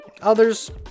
Others